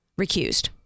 recused